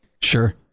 Sure